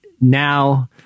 now